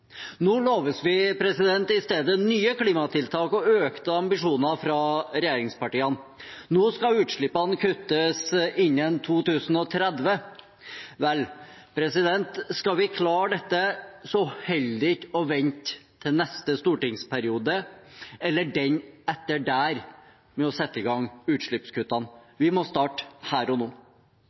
Nå loves vi i stedet nye klimatiltak og økte ambisjoner fra regjeringspartiene. Nå skal utslippene kuttes innen 2030. Vel, skal vi klare dette, holder det ikke å vente til neste stortingsperiode eller den etter det med å sette i gang utslippskuttene. Vi må starte her og nå